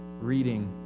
reading